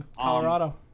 Colorado